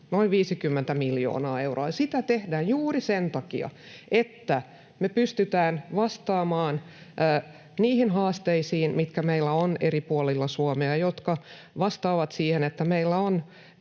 noin 50 miljoonaa euroa. Sitä tehdään juuri sen takia, että me pystytään vastaamaan niihin haasteisiin, mitkä meillä on eri puolilla Suomea, vastaamaan siihen, että meillä on